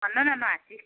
भन्नु न नहाँसी